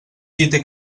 gite